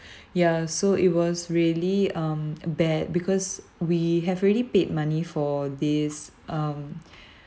ya so it was really um bad because we have already paid money for this um